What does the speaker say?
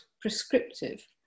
prescriptive